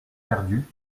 perdus